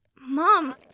Mom